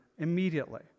immediately